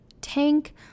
tank